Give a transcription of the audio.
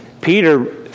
Peter